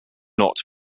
not